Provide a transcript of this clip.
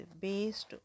based